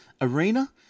arena